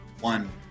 one